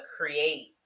create